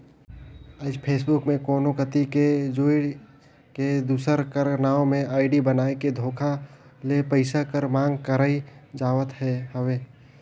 आएज फेसबुक में कोनो कती ले जुइड़ के, दूसर कर नांव में आईडी बनाए के धोखा ले पइसा कर मांग करई जावत हवे